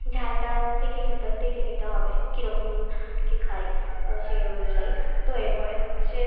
ঝালটা দেখে খেতে দেখে দিতে হবে কীরকম কে খায় সেই অনুযায়ী তো এরপরে হচ্ছে